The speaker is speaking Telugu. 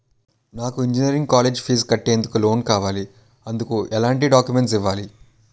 నాకు ఇంజనీరింగ్ కాలేజ్ ఫీజు కట్టేందుకు లోన్ కావాలి, ఎందుకు ఎలాంటి డాక్యుమెంట్స్ ఇవ్వాలి?